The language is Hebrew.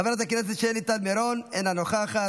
חברת הכנסת שלי טל מירון, אינה נוכחת,